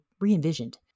re-envisioned